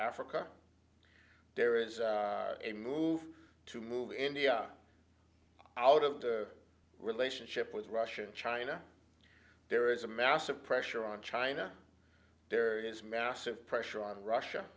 africa there is a move to move in the out of the relationship with russia and china there is a massive pressure on china there is massive pressure on russia